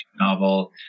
novel